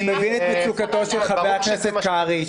אני מבין את מצוקתו של חבר הכנסת קרעי,